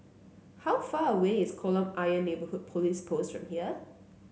how far away is Kolam Ayer Neighbourhood Police Post from here